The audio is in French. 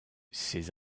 ces